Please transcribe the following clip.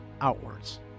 outwards